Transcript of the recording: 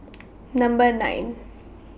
Number nine